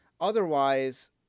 otherwise